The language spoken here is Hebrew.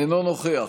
אינו נוכח